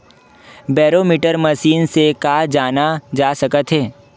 Barometer machine से का जाना जा सकत हे?